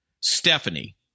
Stephanie